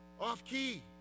off-key